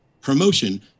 Promotion